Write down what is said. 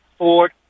Ford